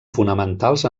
fonamentals